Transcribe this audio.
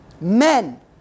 Men